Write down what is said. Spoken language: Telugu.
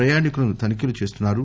ప్రయాణీకులను తనిఖీలు చేస్తున్నారు